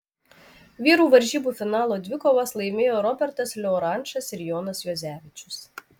vyrų varžybų finalo dvikovas laimėjo robertas liorančas ir jonas juozevičius